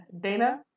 Dana